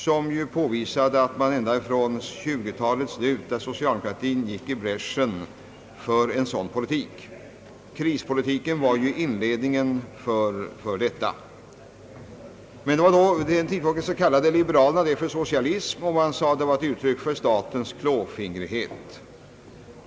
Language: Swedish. Han påvisar att socialdemokratin ända från 1920-talets slut gått i bräschen för en sådan politik. Krispolitiken var ju inledningen till detta. Men på den tiden kallade liberalerna en sådan politik för socialism, sade att det var uttryck för statens klåfingrighet.